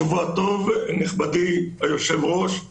זה צוותים שעובדים עד כניסת חג ועבדו במהלך ראש השנה עצמו,